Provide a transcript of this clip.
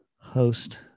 host